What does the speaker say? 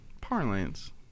parlance